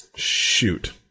Shoot